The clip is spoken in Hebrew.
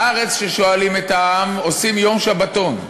בארץ כששואלים את העם, עושים יום שבתון.